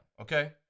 okay